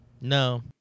No